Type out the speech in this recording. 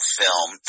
film